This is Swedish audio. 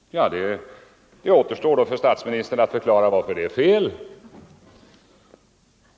Det återstår då för statsministern att förklara varför mitt resonemang är felaktigt.